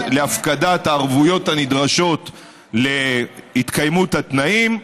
להפקדת הערבויות הנדרשות להתקיימות התנאים,